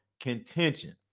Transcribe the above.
contention